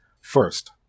First